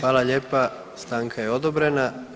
Hvala lijepa, stanka je odobrena.